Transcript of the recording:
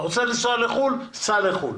אתה רוצה לנסוע לחו"ל, סע לחו"ל,